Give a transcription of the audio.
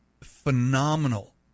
phenomenal